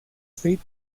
street